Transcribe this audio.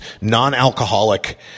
non-alcoholic